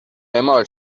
اعمال